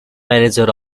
manager